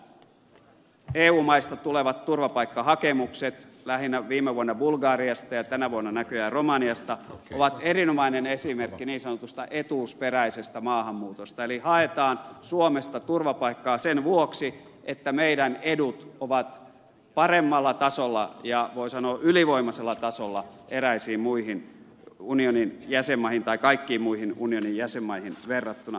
nämä eu maista tulevat turvapaikkahakemukset lähinnä viime vuonna bulgariasta ja tänä vuonna näköjään romaniasta ovat erinomainen esimerkki niin sanotusta etuusperäisestä maahanmuutosta eli haetaan suomesta turvapaikkaa sen vuoksi että meidän etumme ovat paremmalla tasolla ja voi sanoa ylivoimaisella tasolla kaikkiin muihin unionin jäsenmaihin verrattuna